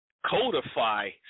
codify